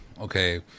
Okay